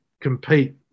compete